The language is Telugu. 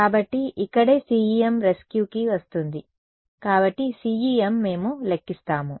కాబట్టి ఇక్కడే CEM రెస్క్యూకి వస్తుంది కాబట్టి CEM మేము లెక్కిస్తాము